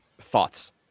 thoughts